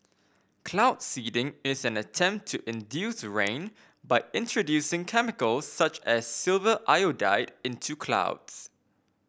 cloud seeding is an attempt to induce rain by introducing chemicals such as silver iodide into clouds